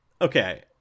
Okay